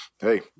Hey